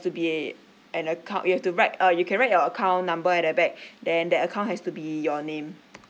to be an account you have to write uh you can write your account number at the back then that account has to be your name